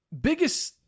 biggest